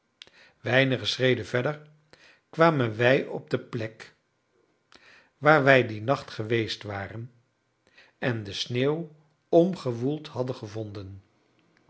weinige schreden verder kwamen wij op de plek waar wij dien nacht geweest waren en de sneeuw omgewoeld hadden gevonden